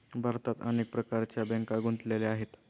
भारतात अनेक प्रकारच्या बँका गुंतलेल्या आहेत